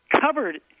covered